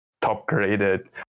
top-graded